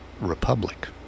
republic